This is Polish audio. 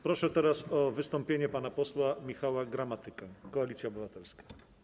Proszę teraz o wystąpienie pana posła Michała Gramatykę, Koalicja Obywatelska.